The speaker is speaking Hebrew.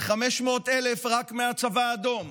על חצי מיליון רק מהצבא האדום,